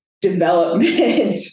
development